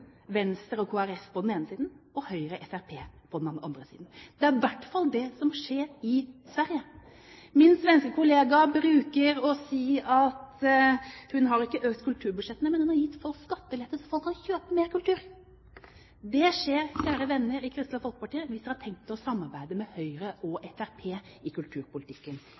Venstre og Kristelig Folkeparti på den ene siden og Høyre og Fremskrittspartiet på den andre. Det er i hvert fall det som skjer i Sverige. Min svenske kollega bruker å si at hun har ikke økt kulturbudsjettene, men hun har gitt folk skattelettelse, så folk kan kjøpe mer kultur. Det skjer, kjære venner i Kristelig Folkeparti, hvis dere har tenkt å samarbeide med Høyre og Fremskrittspartiet i kulturpolitikken